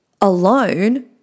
alone